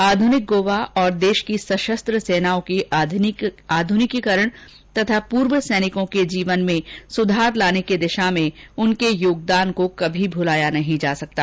आध्निक गोवा और देश की सशस्त्र सेनाओं के आध्निकीकरण तथा पूर्व सैनिकों के जीवन में सुधार लाने की दिशा में उनका योगदान कभी भुलाया नहीं जा सकता